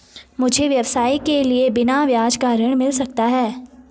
मुझे व्यवसाय के लिए बिना ब्याज का ऋण मिल सकता है?